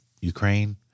Ukraine